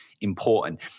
important